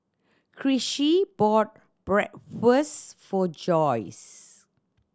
Chrissie bought Bratwurst for Joyce